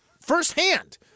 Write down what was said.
firsthand